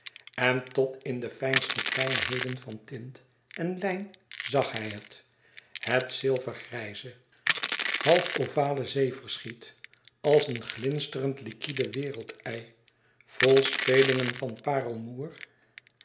en tot in de fijnste fijnheden van tint en lijn zag hij het het zilvergrijze half ovale zeeverschiet als een glinsterend liquide wereldei vol spelingen van parelmoêr